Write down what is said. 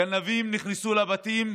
גנבים נכנסו לבתים,